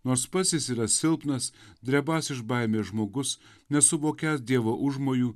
nors pats jis yra silpnas drebąs iš baimės žmogus nesuvokiąs dievo užmojų